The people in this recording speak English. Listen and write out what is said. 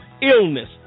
illness